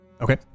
Okay